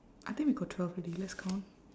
I think we got twelve already let's count